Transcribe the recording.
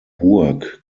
burg